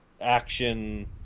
action